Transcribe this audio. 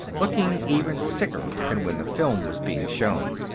looking even sicker than when the film was being shown.